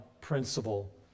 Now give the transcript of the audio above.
principle